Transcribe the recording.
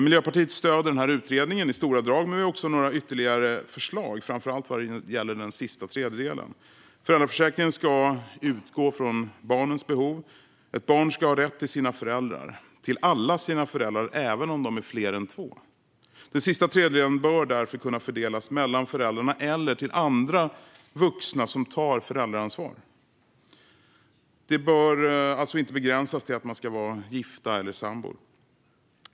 Miljöpartiet stöder utredningen i stora drag. Men vi har också några ytterligare förslag, framför allt vad gäller den sista tredjedelen. Föräldraförsäkringen ska utgå från barnens behov. Ett barn ska ha rätt till sina föräldrar - till alla sina föräldrar, även om de är fler än två. Den sista tredjedelen bör därför kunna fördelas mellan föräldrarna eller andra vuxna som tar föräldraansvar. Den bör alltså inte begränsas till gifta eller sambor.